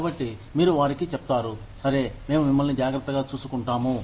కాబట్టి మీరు వారికి చెప్తారు సరే మేము మిమ్మల్ని జాగ్రత్తగా చూసుకుంటాము